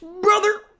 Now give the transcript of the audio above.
brother